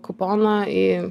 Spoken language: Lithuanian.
kuponą į